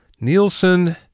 Nielsen